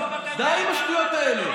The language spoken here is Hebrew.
די עם השטויות האלה.